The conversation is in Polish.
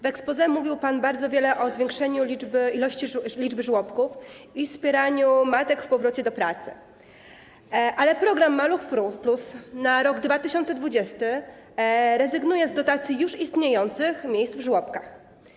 W exposé mówił pan bardzo wiele o zwiększeniu liczby żłobków i wspieraniu matek w powrocie do pracy, ale program „Maluch+” na rok 2020 rezygnuje z dotacji już istniejących miejsc w żłobkach.